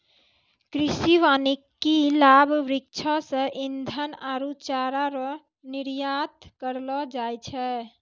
कृषि वानिकी लाभ वृक्षो से ईधन आरु चारा रो निर्यात करलो जाय छै